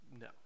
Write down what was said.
No